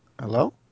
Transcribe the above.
Hello